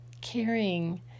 caring